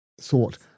thought